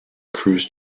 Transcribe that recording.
cruise